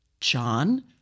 John